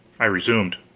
i resumed.